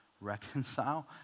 reconcile